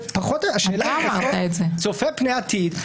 פחות השאלה צופה פני עתיד.